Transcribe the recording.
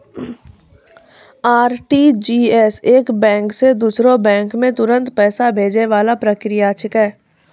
RTGS एक bank से दूसरो बैंक मे तुरंत पैसा भैजै वाला प्रक्रिया छिकै